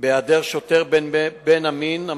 בהיעדר שוטר בן המין המתאים,